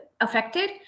affected